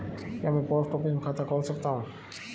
क्या मैं post office में खाता खोल सकता हूँ?